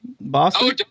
boston